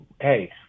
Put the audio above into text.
Hey